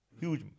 Huge